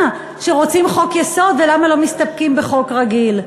שרוצים חוק-יסוד ולמה לא מסתפקים בחוק רגיל.